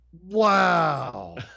Wow